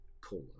Cola